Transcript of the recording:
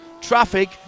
traffic